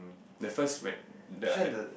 the first